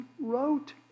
wrote